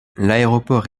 l’aéroport